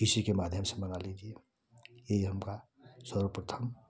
इसी के माध्यम से मंगा लीजिए ए ही हमका सर्वप्रथम